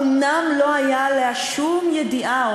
האומנם לא הייתה עליה שום ידיעה?